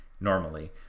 normally